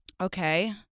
okay